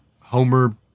Homer